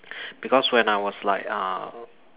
because when I was like uh